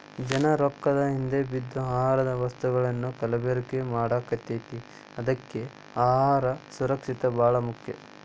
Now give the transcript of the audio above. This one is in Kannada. ಜನಾ ರೊಕ್ಕದ ಹಿಂದ ಬಿದ್ದ ಆಹಾರದ ವಸ್ತುಗಳನ್ನಾ ಕಲಬೆರಕೆ ಮಾಡಾಕತೈತಿ ಅದ್ಕೆ ಅಹಾರ ಸುರಕ್ಷಿತ ಬಾಳ ಮುಖ್ಯ